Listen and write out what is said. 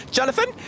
Jonathan